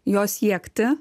jo siekti